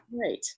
right